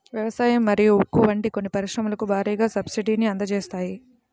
వ్యవసాయం మరియు ఉక్కు వంటి కొన్ని పరిశ్రమలకు భారీగా సబ్సిడీని అందజేస్తాయి